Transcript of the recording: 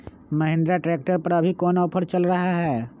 Mahindra tractor पर अभी कोन ऑफर चल रहा है?